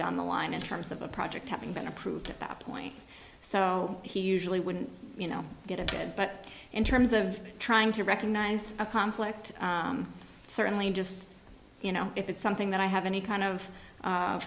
down the line in terms of a project having been approved at that point so he usually wouldn't you know get it but in terms of trying to recognize a conflict certainly just you know if it's something that i have any kind of